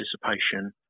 participation